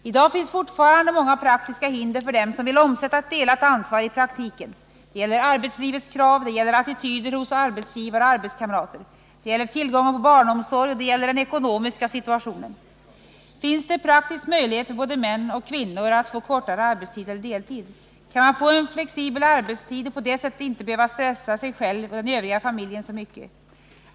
I dag finns fortfarande många praktiska hinder kvar för dem som vill omsätta ett delat ansvar i praktiken. Det gäller arbetslivets krav. Det gäller attityder hos arbetsgivare och arbetskamrater. Det gäller tillgången på barnomsorg. Och det gäller den ekonomiska situationen. Finns det praktisk möjlighet för både män och kvinnor att få kortare arbetstid eller deltid? Kan man få en flexibel arbetstid och på det sättet inte behöva stressa sig själv och den övriga familjen så mycket?